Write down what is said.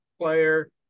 player